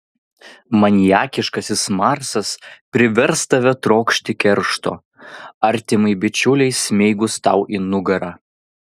maniakiškasis marsas privers tave trokšti keršto artimai bičiulei smeigus tau į nugarą